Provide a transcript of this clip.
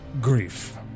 grief